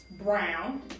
brown